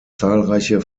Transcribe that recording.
zahlreiche